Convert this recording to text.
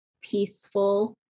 peaceful